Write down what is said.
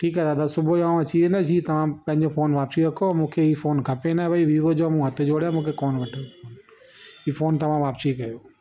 ठीकु आहे दादा सुबुह जो आऊं अची वेंदुसि जीअं तव्हां पंहिंजो फोन वापिसी रखो मूंखे हीउ फ़ोन खपे न भई वीवो जो मूं हथ जोड़िया मूंखे कोन खपे हीउ फ़ोन तव्हां वापिसी कयो